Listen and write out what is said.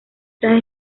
tras